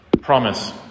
promise